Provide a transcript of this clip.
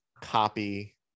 copy